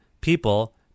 people